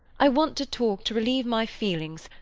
i want to talk to relieve my feelings,